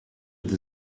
the